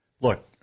look